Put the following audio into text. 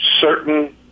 certain